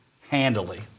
handily